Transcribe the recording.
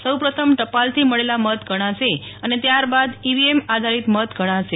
સૌ પ્રથમ ટપાલથી મળેલા મત ગણાશે અને ત્યારબાદ ઈવીએમ આધારીત મત ગણાશે